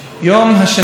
ניסיון ההתנקשות.